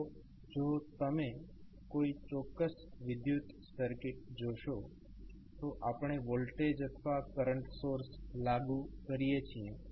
તો જો તમે કોઈ ચોક્ક્સ વિદ્યુત સર્કિટ જોશો તો આપણે વોલ્ટેજ અથવા કરંટ સોર્સ લાગુ કરીએ છીએ